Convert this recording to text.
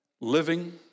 Living